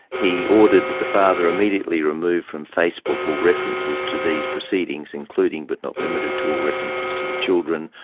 he ordered that the father immediately remove from facebook all references to these proceedings, including but not limited to all references to the children,